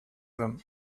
them